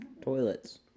toilets